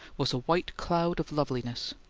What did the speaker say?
was a white cloud of loveliness.